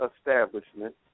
establishment